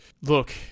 look